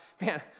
man